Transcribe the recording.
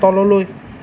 তললৈ